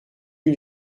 une